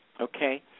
Okay